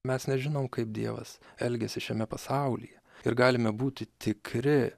mes nežinom kaip dievas elgiasi šiame pasaulyje ir galime būti tikri